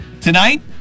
Tonight